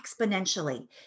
exponentially